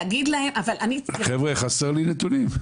חבר'ה, חסר לי נתונים.